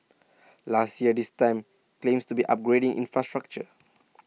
last year this time claims to be upgrading infrastructure